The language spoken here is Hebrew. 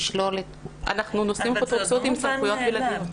לשלל --- אבל זה עוד לא מובן מאליו.